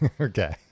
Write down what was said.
okay